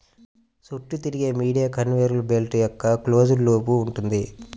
చుట్టూ తిరిగే medium conveyor belt యొక్క క్లోజ్డ్ లూప్ ఉంటుంది